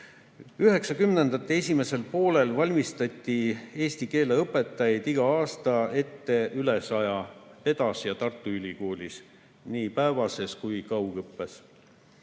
esimesel poolel valmistati eesti keele õpetajaid igal aastal ette üle saja, pedas ja Tartu Ülikoolis nii päevases kui ka kaugõppes.